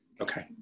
Okay